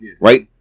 right